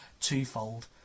twofold